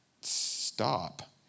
Stop